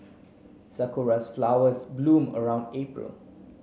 sakuras flowers bloom around April